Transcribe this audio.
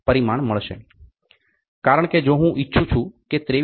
કારણ કે જો હું ઇચ્છું છું કે 23